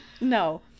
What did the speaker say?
No